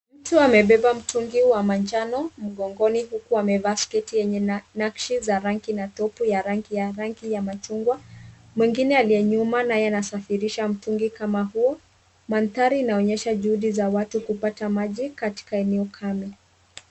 Mtu amebeba mtungi wa manjano mgongoni huku amevaa sketi yenye nakshi za rangi na topu ya rangi ya rangi ya machungwa. Mwingine aliye nyuma naye anasafirisha mtungi kama huo. Mandhari inaonyesha juhudi za watu kupata maji katika eneo kame.